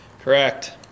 Correct